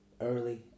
early